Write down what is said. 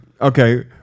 Okay